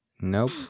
Nope